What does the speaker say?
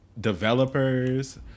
Developers